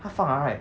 他放了 right